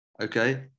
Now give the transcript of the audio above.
okay